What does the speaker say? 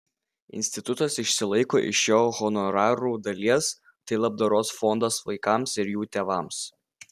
institutas išsilaiko iš jo honorarų dalies tai labdaros fondas vaikams ir jų tėvams